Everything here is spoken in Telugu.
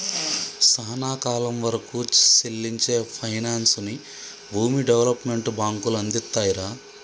సానా కాలం వరకూ సెల్లించే పైనాన్సుని భూమి డెవలప్మెంట్ బాంకులు అందిత్తాయిరా